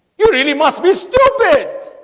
you really must be stupid